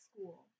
school